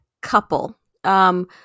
couple